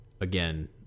again